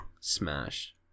smash